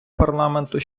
парламенту